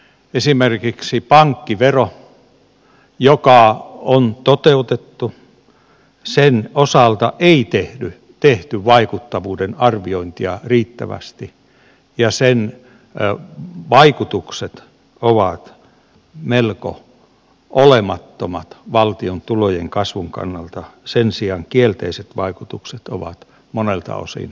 esimerkiksi pankkiveron osalta joka on toteutettu ei tehty vaikuttavuuden arviointia riittävästi ja sen vaikutukset ovat melko olemattomat valtion tulojen kasvun kannalta sen sijaan kielteiset vaikutukset ovat monelta osin huomattavat